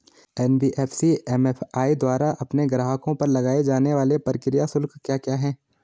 NBFC MFI द्वारा अपने ग्राहकों पर लगाए जाने वाले प्रक्रिया शुल्क क्या क्या हैं?